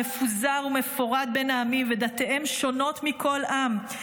מפוזר ומפרד בין העמים --- ודתיהם שנות מכל עם".